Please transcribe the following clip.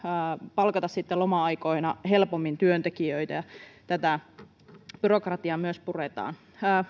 palkata sitten loma aikoina helpommin työntekijöitä tätä byrokratiaa myös puretaan